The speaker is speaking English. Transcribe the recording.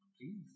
Please